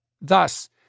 Thus